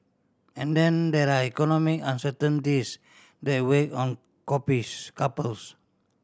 and then there are economic uncertainties that weigh on copies couples